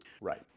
Right